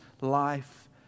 life